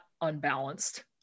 unbalanced